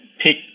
pick